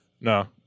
no